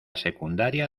secundaria